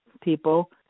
people